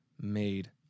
made